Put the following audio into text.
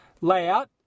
Layout